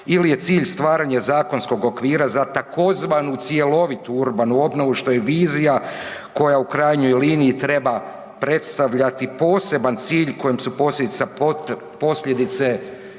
ili je cilj stvaranje zakonskog okvira za tzv. cjelovitu urbanu obnovu što je vizija koja u krajnjoj liniji treba predstavljati poseban cilj kojem su posljedice